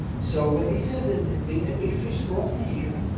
so when he says a big big fish brought me here.